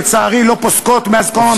לצערי לא פוסקות מאז קום המדינה ועד היום.